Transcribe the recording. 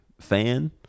fan